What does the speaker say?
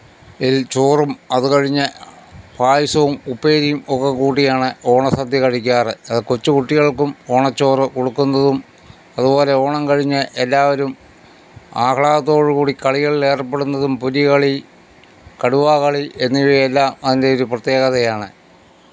ഇല് ചോറും അത്കഴിഞ്ഞ് പായസവും ഉപ്പേരിയും ഒക്കെ കൂട്ടിയാണ് ഓണസദ്യ കഴിക്കാറ് അത് കൊച്ചു കുട്ടികള്ക്കും ഓണച്ചോറ് കൊടുക്കുന്നതും അതുപോലെ ഓണം കഴിഞ്ഞ് എല്ലാവരും ആഹ്ളാദത്തോടുകൂടി കളികളിലേര്പ്പെടുന്നതും പുലികളി കടുവാകളി എന്നിവയെല്ലാം അതിന്റെയൊരു പ്രത്യേകതയാണ്